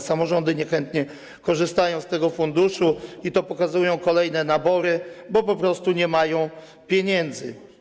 Samorządy niechętnie korzystają z tego funduszu - pokazują to kolejne nabory - bo po prostu nie mają pieniędzy.